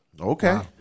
Okay